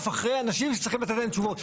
אחרי אנשים שהם צריכים לקבל מהם תשובות.